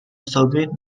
soviet